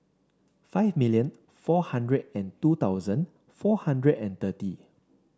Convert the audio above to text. five million four hundred and two thousand four hundred and thirty